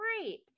great